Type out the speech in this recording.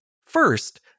First